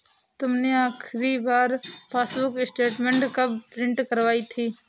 तुमने आखिरी बार पासबुक स्टेटमेंट कब प्रिन्ट करवाई थी?